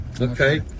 Okay